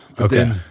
Okay